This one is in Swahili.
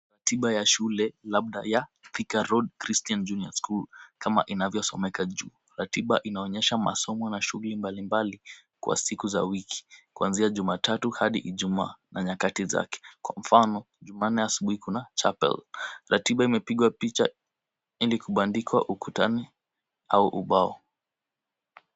Ratiba ya shule labda ya Thika road Christian Junior school kama inavyosomeka juu. Ratiba inaonyesha masomo na shughli mbalimbali kwa siku za wiki kuanzia Jumatatu hadi Ijumaa na nyakati zake . Kwa mfano ,Jumanne asubuhi kuna Chapel ratiba imepigwa picha ili kubandikwa ukutani au ubao.